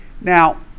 Now